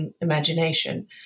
Imagination